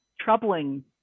troubling